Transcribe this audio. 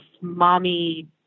mommy